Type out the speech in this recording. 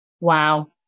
wow